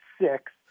six